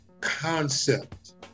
concept